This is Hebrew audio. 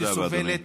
שסובלת,